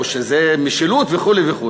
או שזה משילות וכו' וכו',